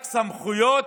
רק סמכויות: